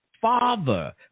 father